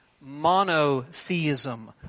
monotheism